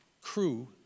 crew